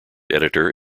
editor